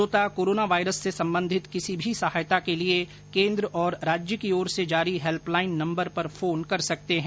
श्रोता corona virus से संबंधित किसी भी सहायता के लिए केन्द्र और राज्य की ओर से जारी हेल्प लाइन नम्बर पर फोन कर सकते हैं